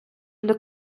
для